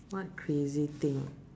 what crazy thing